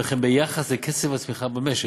וכן ביחס לקצב הצמיחה במשק.